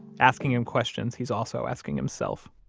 asking him questions he's also asking himself.